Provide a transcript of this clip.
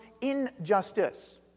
injustice